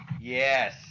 yes